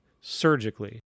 surgically